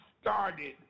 started